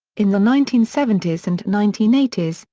in the nineteen seventy s and nineteen eighty s,